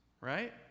right